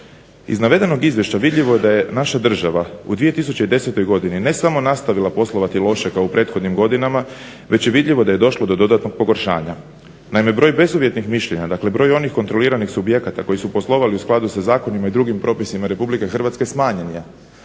Iz navedenog Izvješća vidljivo je da je naša država u 2010. godini ne samo nastavila poslovati loše kao u prethodnim godinama već je vidljivo da je došlo do dodatnog pogoršanja. Naime, broj bezuvjetnih mišljenja, dakle broj onih kontroliranih subjekata koji su poslovali u skladu sa zakonima i drugim propisima Republike Hrvatske smanjen je